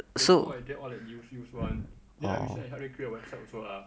therefore I get all the huge huge one then recently I also help to create a website also lah